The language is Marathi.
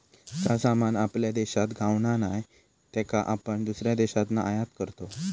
जा सामान आपल्या देशात गावणा नाय त्याका आपण दुसऱ्या देशातना आयात करतव